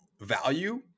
value